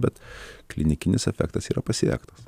bet klinikinis efektas yra pasiektas